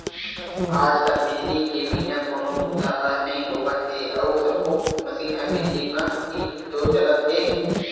आज कल बिजली के बिना कोनो बूता ह नइ होवत हे अउ सब्बो मसीन ह बिजली म ही तो चलत हे